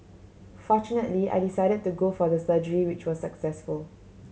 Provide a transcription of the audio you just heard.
fortunately I decided to go for the surgery which was successful